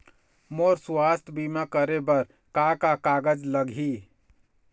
मोर स्वस्थ बीमा करे बर का का कागज लगही?